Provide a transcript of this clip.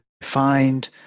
find